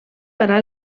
parar